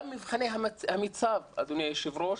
גם מבחני המיצ"ב, אדוני היושב-ראש,